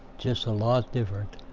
just a lot different.